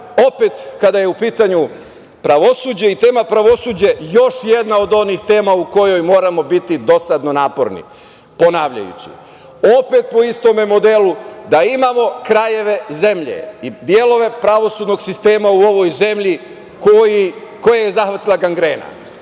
opet, kada je u pitanju pravosuđe i tema pravosuđa, još jedna od onih tema u kojoj moramo biti dosadno naporni ponavljajući, opet po istom modelu, da imamo krajeve zemlje i delove pravosudnog sistema u ovoj zemlji koje je zahvatila gangrena